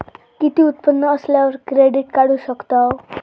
किती उत्पन्न असल्यावर क्रेडीट काढू शकतव?